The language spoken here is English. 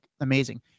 amazing